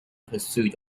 pursuit